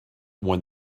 when